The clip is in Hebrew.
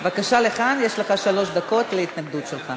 בבקשה לכאן, יש לך שלוש דקות להתנגדות שלך.